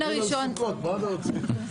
מגן על סוכות, מה אתה רוצה?